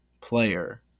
player